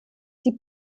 die